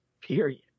period